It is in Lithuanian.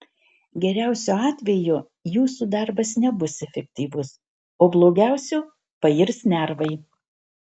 geriausiu atveju jūsų darbas nebus efektyvus o blogiausiu pairs nervai